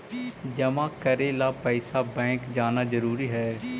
जमा करे ला पैसा बैंक जाना जरूरी है?